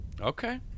Okay